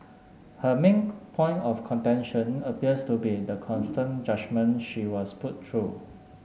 her main point of contention appears to be the constant judgement she was put through